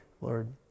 Lord